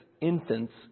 infants